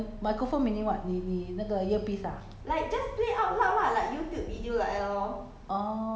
!whoa! 可是你不是刚刚说是 mo~ err phone then microphone meaning what 你你那个 earpiece ah